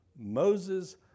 Moses